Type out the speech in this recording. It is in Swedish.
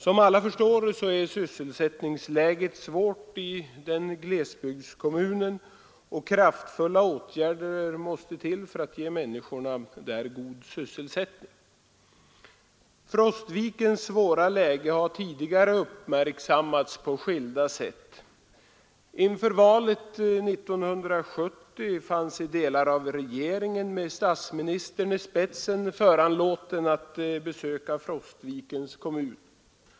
Som alla förstår är sysselsättningsläget svårt i en sådan glesbygdskommun, och kraftfulla åtgärder måste till för att ge människorna där en god sysselsättning. Frostvikens svåra läge har tidigare uppmärksammats på skilda sätt. Inför valet 1970 fann sig delar av regeringen med statsministern i spetsen föranlåtna att besöka Frostvikens kommun.